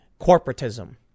corporatism